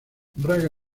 braga